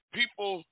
people